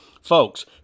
Folks